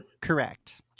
Correct